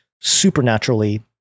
supernaturally